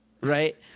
Right